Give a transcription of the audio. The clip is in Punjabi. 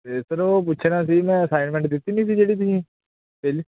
ਅਤੇ ਸਰ ਉਹ ਪੁੱਛਣਾ ਸੀ ਮੈਂ ਅਸਾਈਨਮੈਂਟ ਦਿੱਤੀ ਨਹੀ ਸੀ ਜਿਹੜੀ ਤੁਸੀਂ ਪਹਿਲੀ